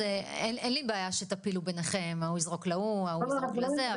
אז אין לי בעיה שתפילו ביניכם ההוא יזרוק להוא ההוא יזרוק לזה,